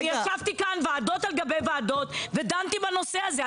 אני ישבתי כאן ועדות על גבי ועדות ודנתי בנושא הזה.